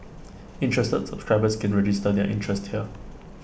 interested subscribers can register their interest here